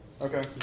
Okay